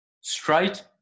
straight